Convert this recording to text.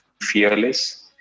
fearless